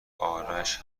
آرش